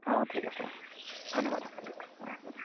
অঁ ঠিক আছে ধন্যবাদ দিয়ক হ'ব দিয়ক